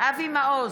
אבי מעוז,